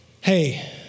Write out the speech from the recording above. Hey